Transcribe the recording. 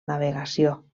navegació